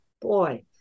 boy